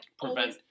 prevent